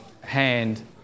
hand